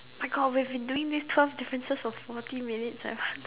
!my-God! we have been doing these twelve differences for forty minutes I want to